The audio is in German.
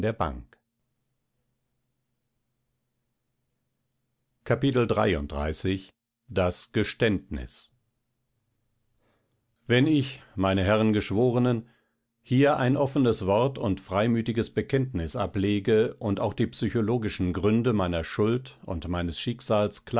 wenn ich meine herren geschworenen hier ein offenes wort und freimütiges bekenntnis ablege und auch die psychologischen gründe meiner schuld und meines schicksals